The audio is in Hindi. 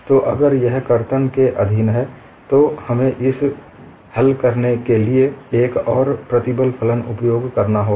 तो अगर यह कर्तन के अधीन है तो हमें इसे हल करने के लिए एक और प्रतिबल फलन उपयोग करना होगा